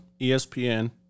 ESPN